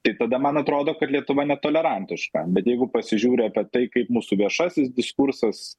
tai tada man atrodo kad lietuva netolerantiška bet jeigu pasižiūri apie tai kaip mūsų viešasis diskursas